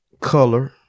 color